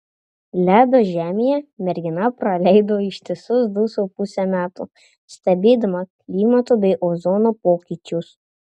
ledo žemėje mergina praleido ištisus du su puse metų stebėdama klimato bei ozono pokyčius